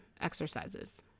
exercises